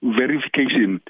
verification